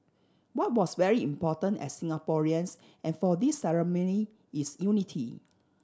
what was very important as Singaporeans and for this ceremony is unity